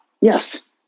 Yes